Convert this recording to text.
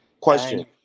Question